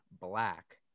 Black